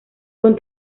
con